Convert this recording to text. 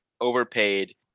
overpaid